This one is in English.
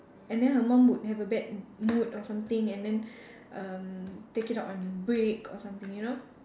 and then her mom would have a bad mood or something and then um take it out on Brick or something you know